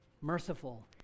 merciful